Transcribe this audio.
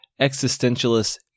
existentialist